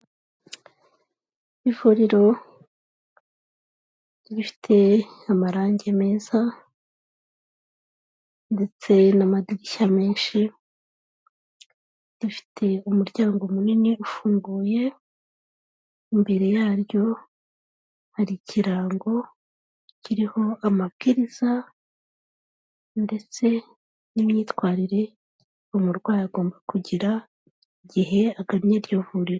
Ivuriro rifite amarangi meza ndetse n'amadirishya menshi, rifite umuryango munini ufunguye, imbere yaryo hari ikirango kiriho amabwiriza ndetse n'imyitwarire umurwayi agomba kugira igihe agannye iryo vuriro.